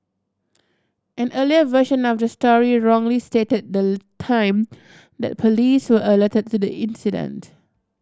an earlier version of the story wrongly stated the time that police were alerted to the incident